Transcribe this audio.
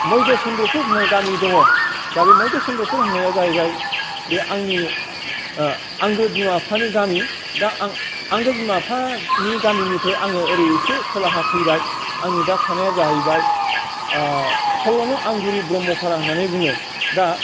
मैध' चन्द्रफुर होननाय गामि दङ दा बे मैध' चन्द्रफुर होननाय जाहैबाय बे आंनि आंगो बिमा बिफानि गामि दा आं आंगो बिमा बिफानि गामिनिफ्राय आङो ओरै एसे खोलाहा फैबाय आंनि दा थानाया जाहैबाय सल्ल' नं आमगुरि ब्रह्मफारा होननानै बुङो दा